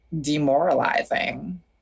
demoralizing